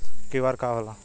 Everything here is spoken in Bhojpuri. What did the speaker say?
क्यू.आर का होला?